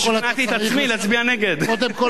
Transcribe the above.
קודם כול,